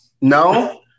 No